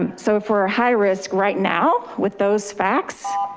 um so if we're ah high risk right now with those facts,